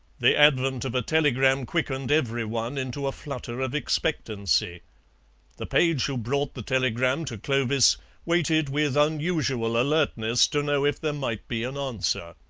the advent of a telegram quickened every one into a flutter of expectancy the page who brought the telegram to clovis waited with unusual alertness to know if there might be an answer.